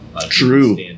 True